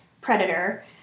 predator